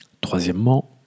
Troisièmement